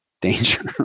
danger